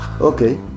Okay